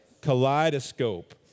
Kaleidoscope